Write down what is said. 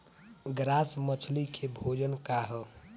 Grass मछली के भोजन का ह?